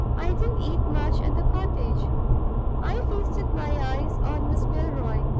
i didn't eat much at the cottage i feasted my eyes on miss milroy,